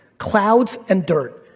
clouds and dirt.